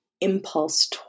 impulse